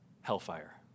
Hellfire